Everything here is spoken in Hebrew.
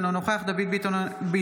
אינו נוכח דוד ביטן,